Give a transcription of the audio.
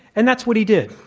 and that's what he did,